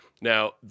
Now